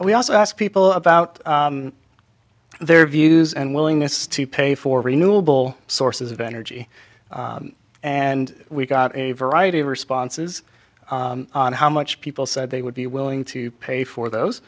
we also asked people about their views and willingness to pay for renewable sources of energy and we got a variety of responses on how much people said they would be willing to pay for those